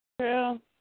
True